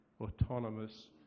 autonomous